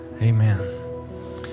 Amen